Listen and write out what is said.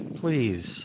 Please